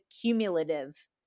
cumulative